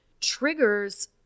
Triggers